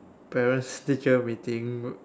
parents teacher meeting